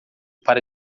para